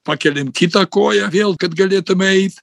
pakeliam kitą koją vėl kad galėtum eit